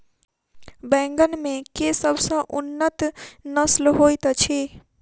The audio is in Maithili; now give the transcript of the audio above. बैंगन मे केँ सबसँ उन्नत नस्ल होइत अछि?